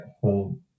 hold